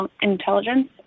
intelligence